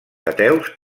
ateus